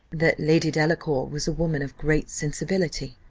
that lady delacour was a woman of great sensibility.